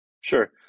Sure